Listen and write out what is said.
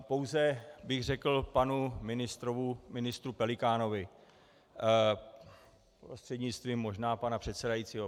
Pouze bych řekl panu ministru Pelikánovi prostřednictvím možná pana předsedajícího.